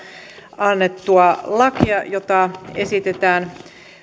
annettua lakia joita esitetään